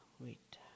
wait